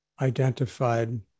identified